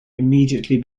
immediately